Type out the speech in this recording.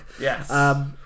Yes